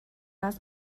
است